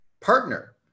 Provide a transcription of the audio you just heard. partner